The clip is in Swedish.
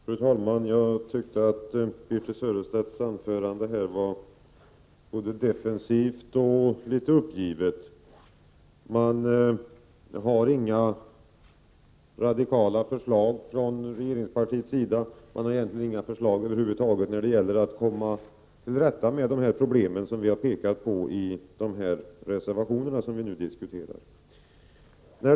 Fru talman! Birthe Sörestedts anförande var både defensivt och litet uppgivet. Regeringspartiet har inga radikala förslag — egentligen inga förslag alls — för att komma till rätta med de problem som vi har pekat på i de reservationer som nu diskuteras.